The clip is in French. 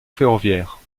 ferroviaire